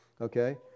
okay